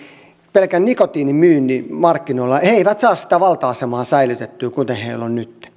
pelkän nikotiinin markkinoilla saa sitä valta asemaa säilytettyä kuten heillä on